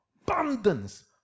abundance